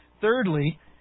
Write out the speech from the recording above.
Thirdly